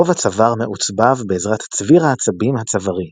רוב הצוואר מעוצבב בעזרת צביר העצבים הצווארי